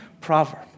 proverb